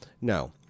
No